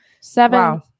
Seven